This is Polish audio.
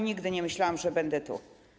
Nigdy nie myślałam, że będę tutaj.